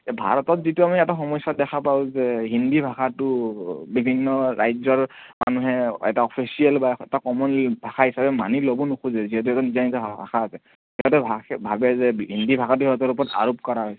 ভাৰতত যিটো আমি এটা সমস্যা দেখা পাওঁ যে হিন্দী ভাষাটো বিভিন্ন ৰাজ্যৰ মানুহে এটা অফিচিয়েল বা এটা ক'মন ভাষা হিচাপে মানি ল'ব নোখোজে যিহেতু সিহঁতৰ নিজৰ নিজৰ ভাষা আছে সিহঁতে ভা ভাৱে যে হিন্দী ভাষাটো সিহঁতৰ ওপৰত আৰোপ কৰা হৈছে